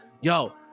Yo